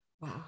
Wow